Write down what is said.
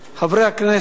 חברי הכנסת,